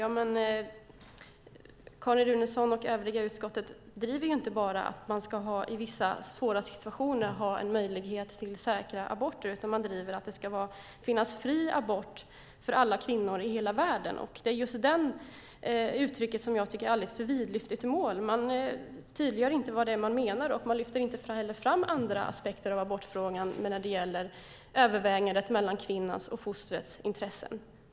Ja, men Carin Runeson och övriga utskottet driver inte att man i vissa svåra situationer ska ha en möjlighet till säkra aborter, utan de driver att det ska finnas fri abort för alla kvinnor i hela världen. Det är just detta mål som jag tycker är lite för vidlyftigt. Man tydliggör inte vad det är man menar, och man lyfter inte heller fram andra aspekter av abortfrågan som gäller avvägningen mellan kvinnans och fostrets intressen.